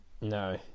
No